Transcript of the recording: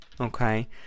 okay